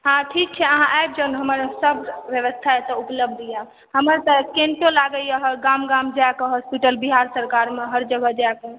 ठीक छै अहाँ आबि जाउ ने हमर सब व्यवस्था उपलब्ध यऽ हमर तऽ कैम्पो लागैया गाम गाम जाय कऽ बिहार सरकार मे हर जगह जाय